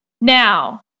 Now